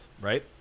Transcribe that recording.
right